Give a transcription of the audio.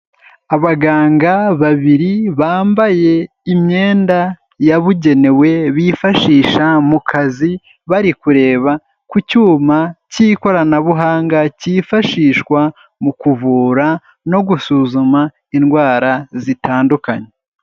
Abaganga babiri bambaye imyenda yabugenewe bifashisha mu kazi, bari kureba ku cyuma cy'ikoranabuhanga, cyifashishwa mu kuvura no gusuzuma indwara zitandukanye.